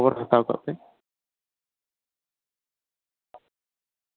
form ᱠᱚ ᱩᱰᱩᱠᱚᱜᱼᱟ ᱢᱟᱲᱟᱝ ᱠᱷᱚᱱᱜᱮ ᱠᱷᱚᱵᱚᱨ ᱠᱚᱦᱚᱸ ᱦᱟᱛᱟᱣ ᱠᱟᱜ ᱯᱮ